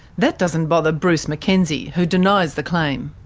that doesn't bother bruce mackenzie, who denies the claim.